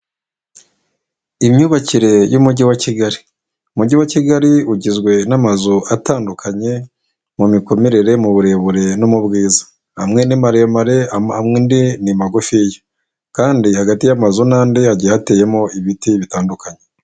Imyubakire y'umujyi wa Kigali. Umujyi wa Kigali ugizwe n'amazu atandukanye mu mikomerere, mu burebure, no mu bwiza. Amwe ni maremare, andi ni magufiya kandi hagati y'amazu n'andi hagiye hateyemo ibiti bitandukanye.